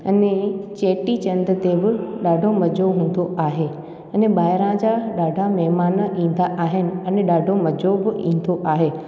अने चेटीचंड ते बि ॾाढो मज़ो हूंदो आहे अने ॿाहिरां जा ॾाढा महिमान ईंदा आहिनि अने ॾाढो मज़ो बि ईंदो आहे